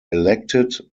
elected